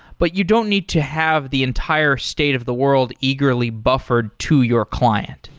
but you don't need to have the entire state of the world eagerly buffered to your client.